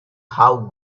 how